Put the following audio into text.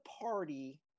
party